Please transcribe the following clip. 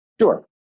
Sure